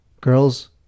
girls